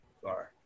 Sorry